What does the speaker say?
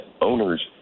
owners